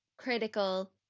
critical